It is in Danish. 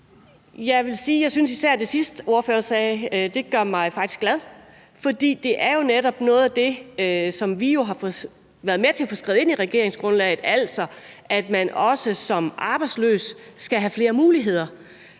især synes, at det sidste, ordføreren sagde, faktisk gør mig glad. For det er jo netop noget af det, som vi har været med til at få skrevet ind i regeringsgrundlaget, altså at man også som arbejdsløs skal have flere muligheder.